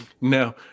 No